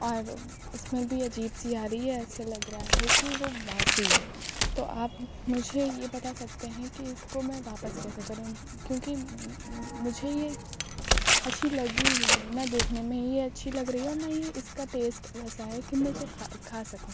اور اسمل بھی عجیب سی آ رہی ہے ایسا لگ رہا ہے کہ وہ باسی ہو تو آپ مجھے یہ بتا سکتے ہیں کہ اس کو میں واپس کیسے کروں کیونکہ مجھے یہ اچھی لگی ہی نہیں نہ دیکھنے میں ہی اچھی لگ رہی ہے اور نہ ہی اس کا ٹیسٹ ویسا ہے کہ میں اسے کھا کھا سکوں